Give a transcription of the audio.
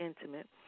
intimate